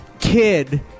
Kid